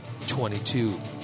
22